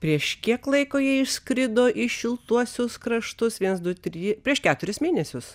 prieš kiek laiko jie išskrido į šiltuosius kraštus viens du try prieš keturis mėnesius